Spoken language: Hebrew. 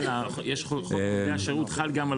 חוק מוקדי השירות חל גם על